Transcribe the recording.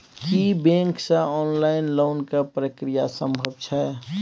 की bank से online loan के प्रक्रिया संभव छै?